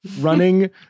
running